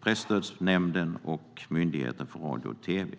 Presstödsnämnden och Myndigheten för radio och tv.